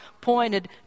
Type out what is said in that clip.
pointed